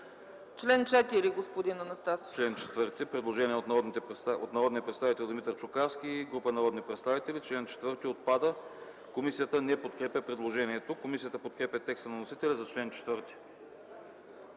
АНАСТАС АНАСТАСОВ: Чл. 4 – предложение от народния представител Димитър Чукарски и група народни представители. Член 4 отпада. Комисията не подкрепя предложението. Комисията подкрепя текста на вносителя за чл. 4.